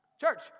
Church